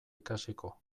ikasiko